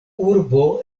urbo